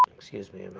excuse me,